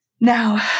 Now